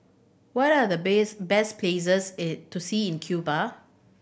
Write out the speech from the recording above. what are the best places to see in Cuba